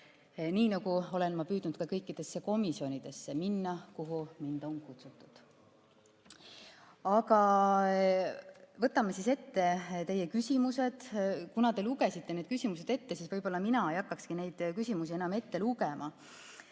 nii nagu ma olen püüdnud kõikidesse komisjonidesse minna, kuhu mind on kutsutud. Aga võtame ette teie küsimused. Kuna te lugesite küsimused ette, siis mina ei hakkaks neid enam ette lugema.